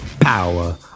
power